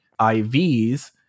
IVs